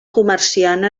comerciant